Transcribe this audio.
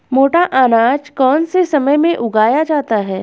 मोटा अनाज कौन से समय में उगाया जाता है?